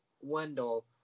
Wendell